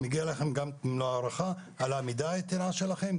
מגיעה לכם מלוא ההערכה על העמידה האיתנה שלכם,